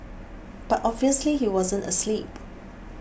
but obviously he wasn't asleep